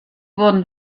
wurden